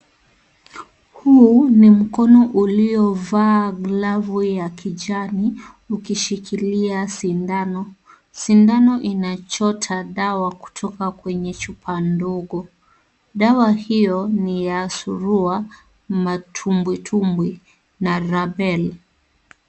Huu ni mkono uliovaa glavu ya kijani ukishikilia sindano. Sindano inachota dawa kutoka kwenye chupa ndogo. Dawa hiyo ni ya suruwa, matumbwitumbwi na rabela.